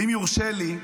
ואם יורשה לי,